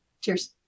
Cheers